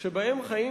שחיים